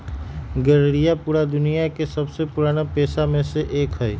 गरेड़िया पूरा दुनिया के सबसे पुराना पेशा में से एक हई